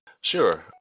Sure